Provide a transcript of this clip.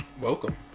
Welcome